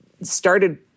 started